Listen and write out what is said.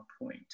point